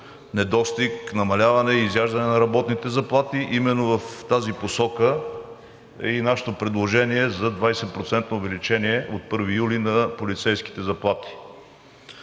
недостиг, намаляване и изяждане на работните заплати. И именно в тази посока е и нашето предложение за 20-процентно увеличение от 1 юли на полицейските заплати.